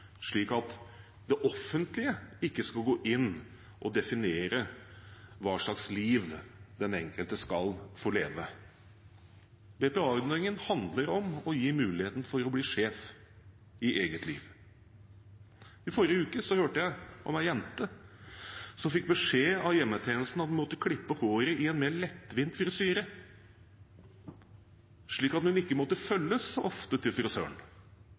slik at det offentlige ikke skal gå inn og definere hva slags liv den enkelte skal få leve. BPA-ordningen handler om å gi mulighet til å bli sjef i eget liv. I forrige uke hørte jeg om ei jente som fikk beskjed av hjemmetjenesten om at hun måtte klippe håret i en mer lettvint frisyre, slik at hun ikke måtte følges så ofte til